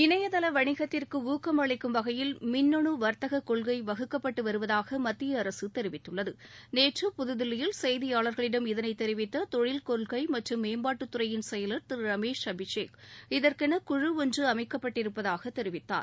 இணையதள வணிகத்திற்கு ஊக்கம் அளிக்கும் வகையில் மின்னனு வர்த்தக கொள்கை வகுக்கப்பட்டு வருவதாக மத்திய அரசு தெரிவித்துள்ளது நேற்று புதுதில்லியில் செய்தியாளர்களிடம் இதனை தெரிவித்த தொழில் கொள்கை மற்றும் மேம்பாட்டு துறையின் செயலர் திரு ரமேஷ் அபிஷேக் இதற்கென குழு ஒன்று அமைக்கப்பட்டிருப்பதாக தெரிவித்தார்